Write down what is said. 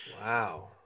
Wow